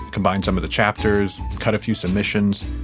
combined some of the chapters, cut a few submissions,